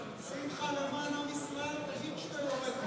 שמחה, למען עם ישראל, תגיד שאתה יורד מהחוק.